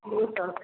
रूपचन